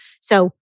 So-